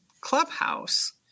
clubhouse